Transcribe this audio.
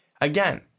again